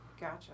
Gotcha